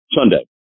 Sunday